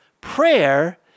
prayer